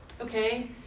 Okay